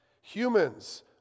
Humans